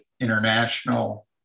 international